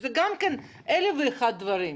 אלף ואחד דברים.